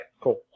cool